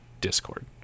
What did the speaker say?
discord